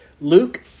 Luke